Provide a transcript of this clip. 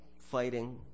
fighting